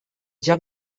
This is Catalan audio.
joc